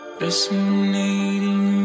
resonating